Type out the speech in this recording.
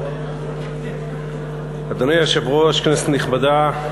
אדוני היושב-ראש, כנסת נכבדה,